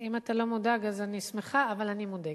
אם אתה לא מודאג אז אני שמחה, אבל אני מודאגת.